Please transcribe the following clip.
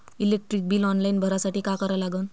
Electric bill online भरासाठी का करा लागन?